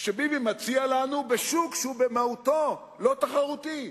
שביבי מציע לנו בשוק שהוא במהותו לא תחרותי.